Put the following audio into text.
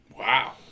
Wow